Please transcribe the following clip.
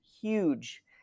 huge